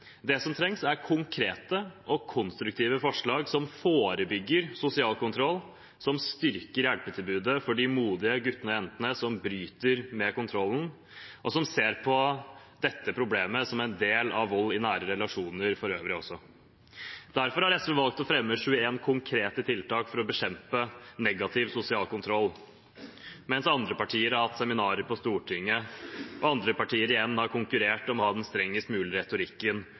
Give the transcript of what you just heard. Det som trengs, er konkrete og konstruktive forslag som forebygger sosial kontroll og styrker hjelpetilbudet for de modige guttene og jentene som bryter med kontrollen, og som ser på dette problemet som en del av problemet med vold i nære relasjoner for øvrig. Derfor har SV valgt å fremme forslag om 21 konkrete tiltak for å bekjempe negativ sosial kontroll. Mens noen partier har hatt seminarer på Stortinget og andre partier igjen har konkurrert om å ha strengest mulig